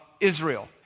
Israel